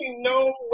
No